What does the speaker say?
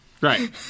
Right